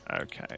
Okay